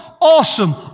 awesome